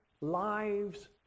lives